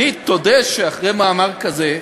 שנית, תודה שאחרי מאמר כזה,